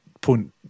point